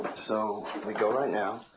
so we go right now,